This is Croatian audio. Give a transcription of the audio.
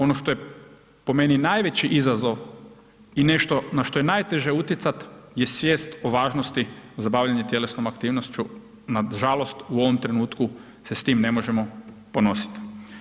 Ono što je po meni najveći izazov i nešto na što je najteže utjecati je svijest o važnosti za bavljenje tjelesnom aktivnošću, nažalost, u ovom trenutku se s tim ne možemo ponositi.